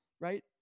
right